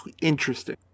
interesting